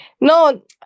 No